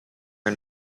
and